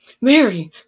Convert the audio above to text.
Mary